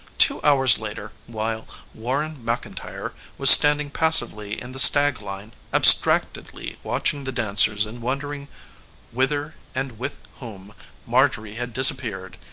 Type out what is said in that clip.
two hours later, while warren mcintyre was standing passively in the stag line abstractedly watching the dancers and wondering whither and with whom marjorie had disappeared,